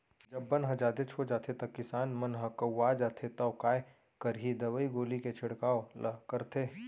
जब बन ह जादेच हो जाथे त किसान के मन ह कउवा जाथे तौ काय करही दवई गोली के छिड़काव ल करथे